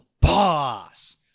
Boss